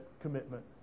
commitment